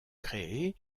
créées